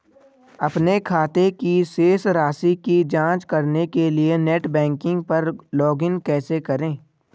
अपने खाते की शेष राशि की जांच करने के लिए नेट बैंकिंग पर लॉगइन कैसे करें?